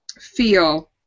feel